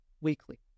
weekly